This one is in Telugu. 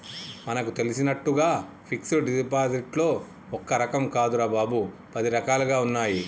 మనకు తెలిసినట్లుగా ఫిక్సడ్ డిపాజిట్లో ఒక్క రకం కాదురా బాబూ, పది రకాలుగా ఉన్నాయి